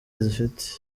zifite